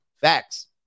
Facts